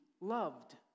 loved